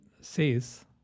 says